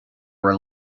were